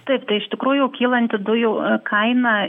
taip tai iš tikrųjų kylanti dujų kaina